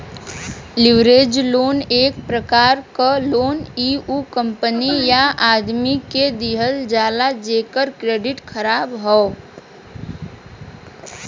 leverage loan एक प्रकार क लोन इ उ कंपनी या आदमी के दिहल जाला जेकर क्रेडिट ख़राब हौ